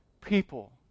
people